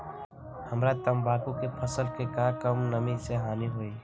हमरा तंबाकू के फसल के का कम नमी से हानि होई?